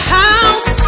house